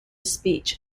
speech